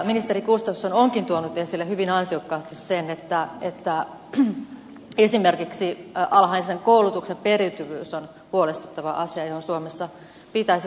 ministeri gustafsson onkin tuonut esille hyvin ansiokkaasti sen että esimerkiksi alhaisen koulutuksen periytyvyys on huolestuttava asia johon suomessa pitäisi voimakkaasti puuttua